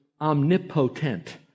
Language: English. omnipotent